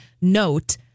note